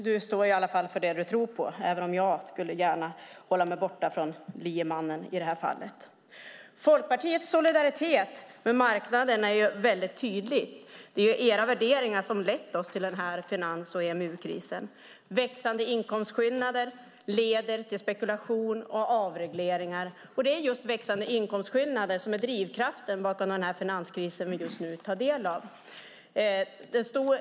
Du står i alla fall för det du tror på, även om jag gärna skulle hålla mig borta från liemannen i det här fallet. Folkpartiets solidaritet med marknaden är väldigt tydlig. Det är ju era värderingar som har lett oss till finans och EMU-krisen. Växande inkomstskillnader leder till spekulation och avregleringar, och det är just växande inkomstskillnader som är drivkraften bakom den finanskris som vi just nu tar del av.